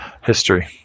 history